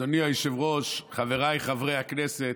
אדוני היושב-ראש, חבריי חברי הכנסת,